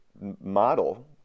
model